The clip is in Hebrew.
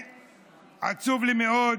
עצוב לי מאוד.